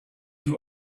you